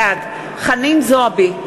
בעד חנין זועבי,